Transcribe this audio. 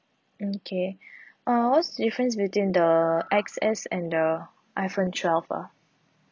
okay uh what's the difference between the X_S and the iphone twelve ah